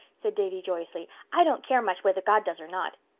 said davy joyously, i don't care much whether god does or not.